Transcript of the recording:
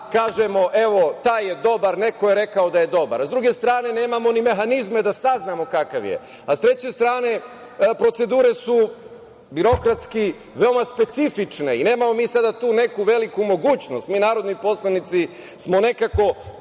kažemo - evo, taj je dobar, neko je rekao da je dobar. S druge strane, nemamo ni mehanizme da saznamo kakav je. S treće strane, procedure su birokratski veoma specifične i nemamo mi sada tu neku veliku mogućnost. Mi narodni poslanici smo nekako